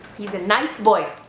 he's a nice boy.